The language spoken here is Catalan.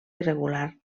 irregular